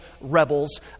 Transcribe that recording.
rebels